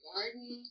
Garden